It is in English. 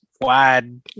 wide